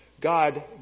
God